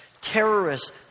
terrorists